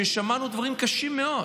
ששמענו דברים קשים מאוד,